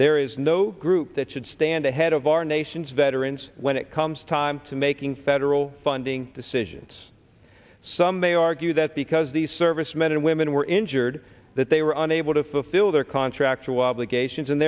there is no group that should stand ahead of our nation's veterans when it comes time to making federal funding decisions some may argue that because these servicemen and women were injured that they were unable to fulfill their contract to obligations and